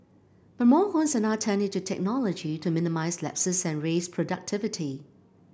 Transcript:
but more homes are now turning to technology to minimise lapses and raise productivity